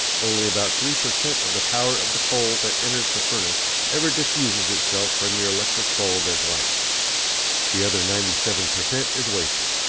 only about three per cent of the power of the coal that enters the furnace ever diffuses itself from your electric bulb as light the other ninety-seven per cent is wasted.